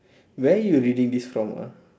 where you reading this from ah